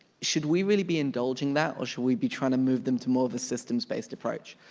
should we really be indulging that, or should we be trying to move them to more of a systems based approach?